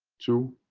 to